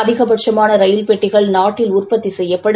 அதிக பட்சமான ரயில் பெட்டிகள் நாட்டில் உற்பத்தி செய்யப்படும்